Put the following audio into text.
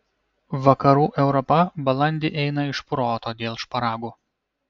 vakarų europa balandį eina iš proto dėl šparagų